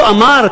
הוא אמר,